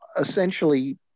essentially